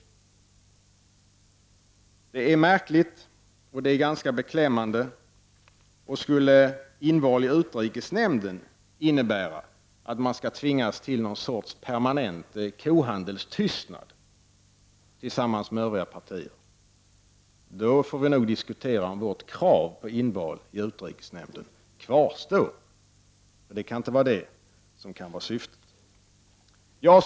Det är märkligt, och det är ganska beklämmande. Skulle ett inval i utrikesnämnden innebära att miljöpartiet tvingas till någon sorts permanent kohandelstystnad tillsammans med övriga partier, får vi nog diskutera om vårt krav på inval i utrikesnämnden kvarstår. Det kan inte vara detta som är syftet.